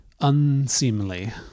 unseemly